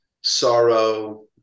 sorrow